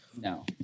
No